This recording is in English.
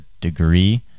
degree